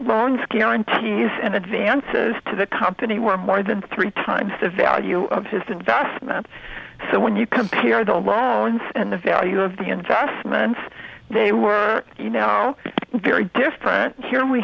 scaring tease and advances to the company were more than three times the value of his investment so when you compare the loans and the value of the investments they were you know very different here